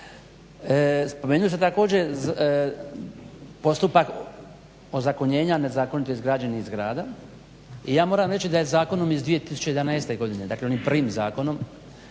Spomenuli ste također postupak ozakonjenja nezakonito izgrađenih zgrada i ja moram reći da je zakonom iz 2011. Godine, dakle onim prvim zakonom